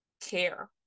care